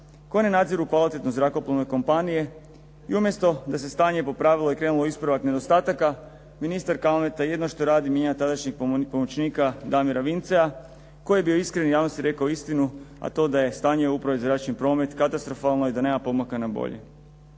ne nadziru kvalitetno zrakoplovne kompanije i umjesto da se stanje popravilo i krenulo u ispravak nedostataka, ministar Kalmeta jedino što radi, mijenja tadašnjeg pomoćnika Damira Vincea koji je bio iskren i javnosti rekao istinu, a to je da je stanje u upravi za zračni promet katastrofalno i da nema pomaka na bolje.